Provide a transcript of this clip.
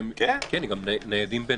והם גם ניידים.